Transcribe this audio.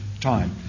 time